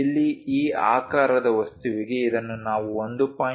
ಇಲ್ಲಿ ಈ ಆಕಾರದ ವಸ್ತುವಿಗೆ ಇದನ್ನು ನಾವು 1